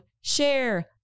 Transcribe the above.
share